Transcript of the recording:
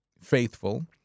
faithful